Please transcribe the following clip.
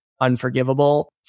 unforgivable